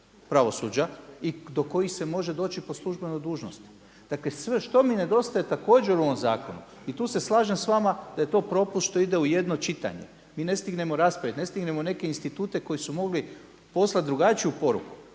pravosuđa i do kojih se može doći po službenoj dužnosti, dakle što mi nedostaje također u ovom zakonu. I tu se slažem s vama da je to propust što ide u jedno čitanje. Mi ne stignemo raspraviti, ne stignemo neke institute koji su mogli poslati drugačiju poruku.